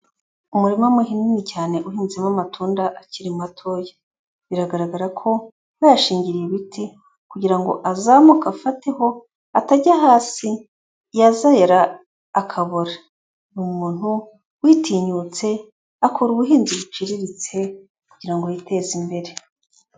Umurima munini cyane uhinzemo amatunda akiri matoya, biragaragara ko bayashingiriye ibiti kugirango azamuke afateho atajya hasi yazera akabora, ni umuntu witinyutse akora ubuhinzi buciriritse kugirango ngo yiteze imbere.